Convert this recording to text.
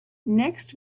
next